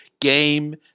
game